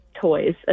toys